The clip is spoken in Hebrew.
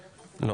לא.